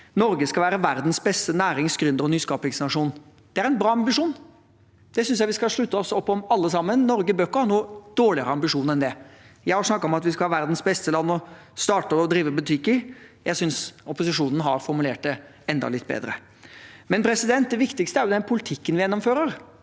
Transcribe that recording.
Norge til verdens beste nærings-, gründer- og nyskapingsnasjon.» Det er en bra ambisjon. Det synes jeg vi skal slutte opp om alle sammen. Norge bør ikke ha noen dårligere ambisjon enn det. Jeg har snakket om at vi skal være verdens beste land å starte og drive butikk i. Jeg synes opposisjonen har formulert det enda litt bedre. Det viktigste er likevel den politikken vi gjennomfører,